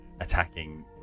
attacking